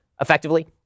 effectively